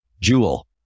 jewel